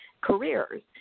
careers